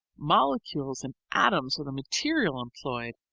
molecules and atoms are the material employed,